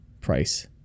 price